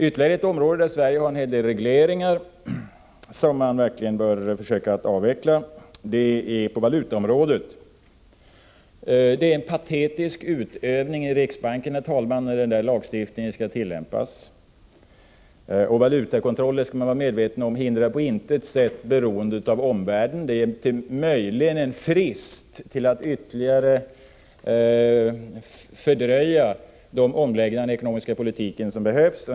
Ytterligare ett område där Sverige har en hel del regleringar som man verkligen bör försöka att avveckla är valutaområdet. Det är patetiskt när riksbanken skall tillämpa denna lagstiftning. Man skall vara medveten om att valutakontroller på intet sätt hindrar beroendet av omvärlden. De ger möjligen en frist för att fördröja de omläggningar av den ekonomiska politiken som behövs.